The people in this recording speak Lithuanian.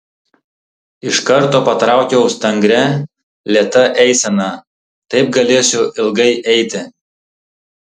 iš karto patraukiau stangria lėta eisena taip galėsiu ilgai eiti